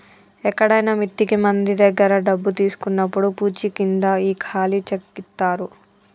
ఎక్కడైనా మిత్తికి మంది దగ్గర డబ్బు తీసుకున్నప్పుడు పూచీకింద ఈ ఖాళీ చెక్ ఇత్తారు